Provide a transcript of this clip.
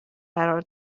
قرار